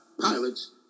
pilots